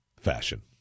fashion